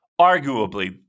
arguably